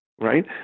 Right